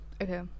okay